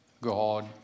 God